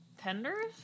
Tenders